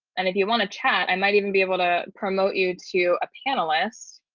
and if you want to chat, i might even be able to promote you to a panelist